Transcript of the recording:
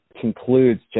concludes